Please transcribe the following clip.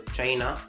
China